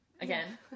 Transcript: again